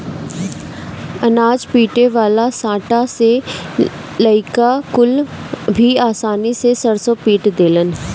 अनाज पीटे वाला सांटा से लईका कुल भी आसानी से सरसों पीट देलन